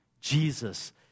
Jesus